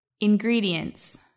Ingredients